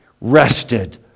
rested